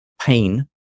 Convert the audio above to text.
pain